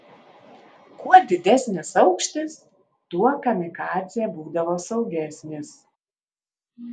kuo didesnis aukštis tuo kamikadzė būdavo saugesnis